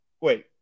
wait